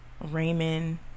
Raymond